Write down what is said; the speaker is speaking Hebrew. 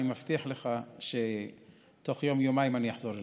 אני מבטיח לך שבתוך יום-יומיים אני אחזור אליך.